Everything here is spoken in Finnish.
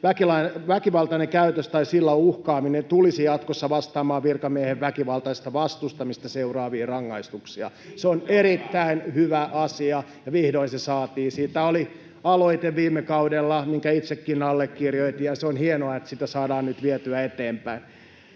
väkivaltainen käytös tai sillä uhkaaminen tulisi jatkossa vastaamaan virkamiehen väkivaltaisesta vastustamisesta seuraavia rangaistuksia. Se on erittäin hyvä asia, ja vihdoin se saatiin. Siitä oli aloite viime kaudella, minkä itsekin allekirjoitin, ja se on hienoa, että sitä saadaan nyt vietyä eteenpäin.